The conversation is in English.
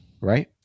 right